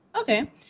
okay